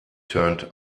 turned